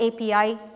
API